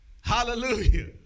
Hallelujah